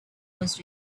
was